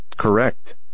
Correct